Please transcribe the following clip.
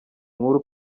nkuru